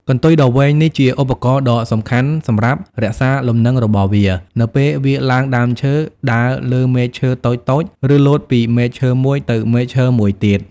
កន្ទុយដ៏វែងនេះជាឧបករណ៍ដ៏សំខាន់សម្រាប់ រក្សាលំនឹងរបស់វា នៅពេលវាឡើងដើមឈើ ដើរលើមែកឈើតូចៗ ឬលោតពីមែកឈើមួយទៅមែកឈើមួយទៀត។